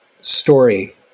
story